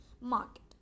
market